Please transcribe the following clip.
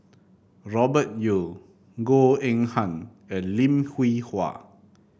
Robert Yeo Goh Eng Han and Lim Hwee Hua